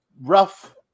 rough